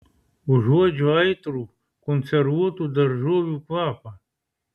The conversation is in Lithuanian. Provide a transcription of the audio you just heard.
užuodžiu aitrų konservuotų daržovių kvapą